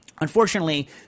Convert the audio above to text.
unfortunately